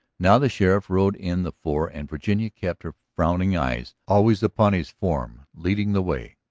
now the sheriff rode in the fore and virginia kept her frowning eyes always upon his form leading the way.